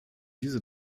diese